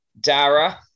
Dara